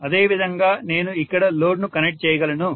అదేవిధంగా నేను ఇక్కడ లోడ్ ను కనెక్ట్ చేయగలను